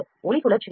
ஒளி சுழல்கிறது